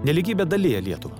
nelygybė dalija lietuvą